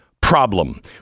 problem